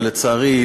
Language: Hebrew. ולצערי,